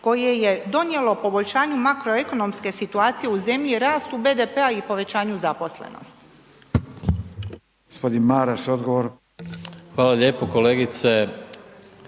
koje je donijelo poboljšanju makroekonomske situacije u zemlji i rastu BDP-a i povećanju zaposlenosti. **Radin, Furio (Nezavisni)**